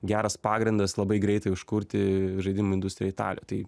geras pagrindas labai greitai užkurti žaidimų industriją italijoj tai